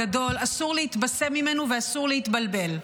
גדול, אסור להתבסם ממנו ואסור להתבלבל: